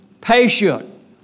patient